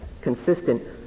consistent